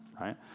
right